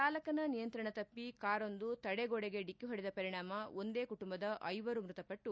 ಚಾಲಕನ ನಿಯಂತ್ರಣ ತಪ್ಪಿ ಕಾರೊಂದು ತಡೆಗೋಡೆಗೆ ಢಿಕ್ಕಿ ಹೊಡೆದ ಪರಿಣಾಮ ಒಂದೇ ಕುಟುಂಬದ ಐವರು ಮೃತಪಟ್ಲು